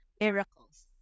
Miracles